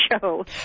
show